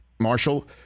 Marshall